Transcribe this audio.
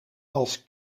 als